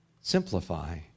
Simplify